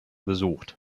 besucht